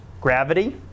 gravity